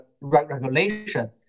regulation